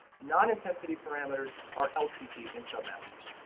non-intensity parameters are ltp in submasters.